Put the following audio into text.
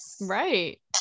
Right